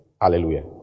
Hallelujah